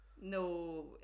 no